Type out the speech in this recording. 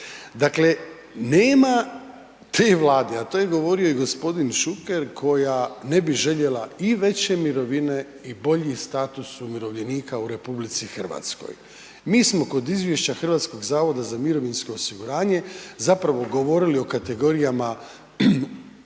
Dakle nema te Vlade a to je govorio i g. Šuker koja ne bi željela i veće mirovine i bolji status umirovljenika u RH. Mi smo kod izvješća HZMO-a zapravo govorili o kategorijama